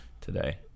today